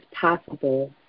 possible